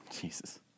Jesus